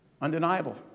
Undeniable